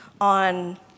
on